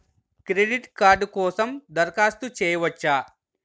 Credit card కోసం దరఖాస్తు చేయవచ్చా?